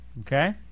okay